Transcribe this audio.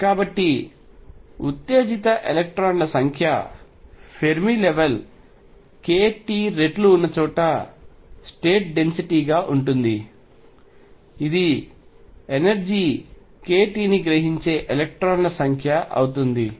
కాబట్టి ఉత్తేజిత ఎలక్ట్రాన్ల సంఖ్య ఫెర్మి లెవల్ kT రెట్లు ఉన్న చోట స్టేట్ డెన్సిటీ గా ఉంటుంది ఇది ఎనర్జీ kT ని గ్రహించే ఎలక్ట్రాన్ల సంఖ్య అవుతుంది